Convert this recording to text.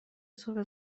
صبح